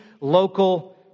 local